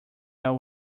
i’ll